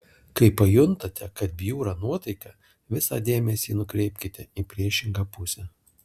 kai pajuntate kad bjūra nuotaika visą dėmesį nukreipkite į priešingą pusę